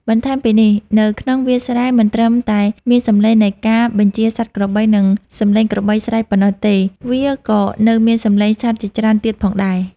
បន្ថែមពីនេះ នៅក្នុងវាលស្រែមិនត្រឹមតែមានសំឡេងនៃការបញ្ជាសត្វក្របី និងសំឡេងក្របីស្រែកប៉ុណ្ណោះទេ វាក៏នៅមានសំឡេងសត្វជាច្រើនទៀតផងដែរ។